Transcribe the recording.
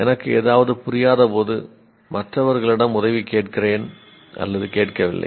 எனக்கு ஏதாவது புரியாதபோது மற்றவர்களிடம் உதவி கேட்கிறேன் கேட்கவில்லை